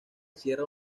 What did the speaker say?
cierra